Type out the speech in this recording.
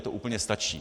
To úplně stačí.